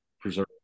preserve